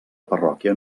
parròquia